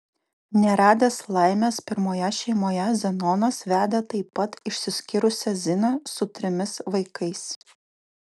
neradęs laimės pirmoje šeimoje zenonas vedė taip pat išsiskyrusią ziną su trimis vaikais